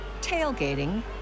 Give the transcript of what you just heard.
tailgating